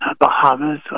Bahamas